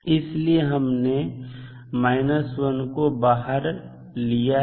इसीलिए हमने 1 को बाहर लिया है